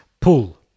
pull